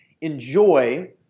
enjoy